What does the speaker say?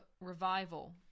revival